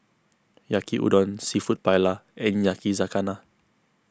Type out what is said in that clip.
Yaki Udon Seafood Paella and Yakizakana